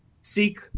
seek